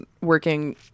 working